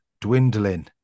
dwindling